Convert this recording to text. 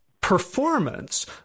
performance